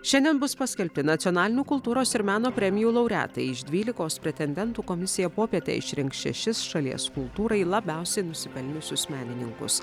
šiandien bus paskelbti nacionalinių kultūros ir meno premijų laureatai iš dvylikos pretendentų komisija popietę išrinks šešis šalies kultūrai labiausiai nusipelniusius menininkus